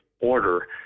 order